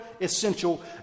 essential